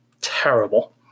terrible